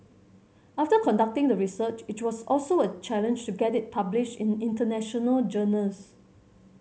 after conducting the research it was also a challenge to get it published in international journals